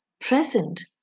present